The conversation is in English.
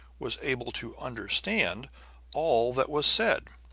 was able to understand all that was said.